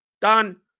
done